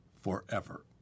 forever